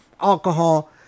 alcohol